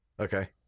Okay